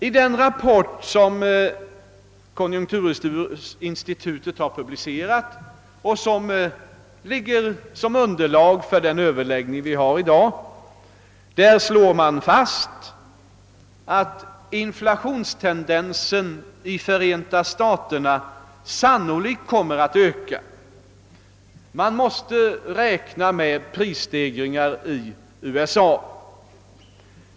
I den rapport, som konjunkturinstitutet nu publicerat och som ligger till underlag för den överläggning vi har i dag, slår man fast att inflationstendensen i Förenta staterna sannolikt kommer att öka. Man måste räkna med prisstegringar i USA.